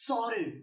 Sorry